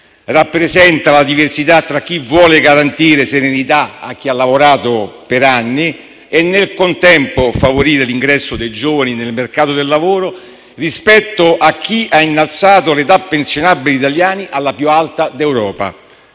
Rappresenta la diversità tra chi vuole garantire serenità a chi ha lavorato per anni e, nel contempo, favorire l'ingresso dei giovani nel mercato del lavoro, rispetto a chi ha innalzato l'età pensionabile degli italiani alla più alta d'Europa.